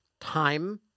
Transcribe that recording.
time